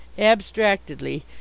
abstractedly